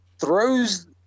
throws